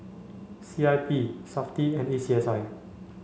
C I P SAFTI and A C S I